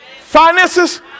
finances